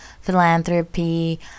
philanthropy